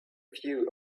few